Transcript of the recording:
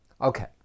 Okay